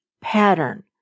pattern